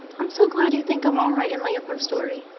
i'm so glad you think i'm all right in my upper story.